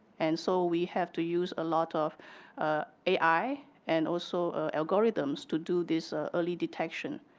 and so we have to use a lot of ai and also algorithms to do this early detection.